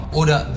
oder